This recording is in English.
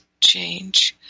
change